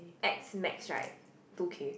ex max right two K